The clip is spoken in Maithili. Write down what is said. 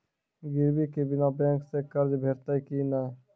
गिरवी के बिना बैंक सऽ कर्ज भेटतै की नै?